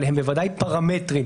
אבל הם בוודאי פרמטרים.